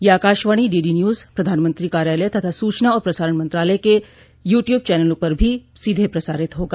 यह आकाशवाणी डीडीन्य्ज प्रधानमंत्री कार्यालय तथा स्चना और प्रसारण मंत्रालय के यूट्यूब चैनलों पर भी सीधे प्रसारित होगा